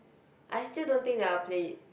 I still don't think that I'll play it